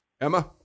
Emma